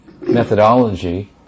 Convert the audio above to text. methodology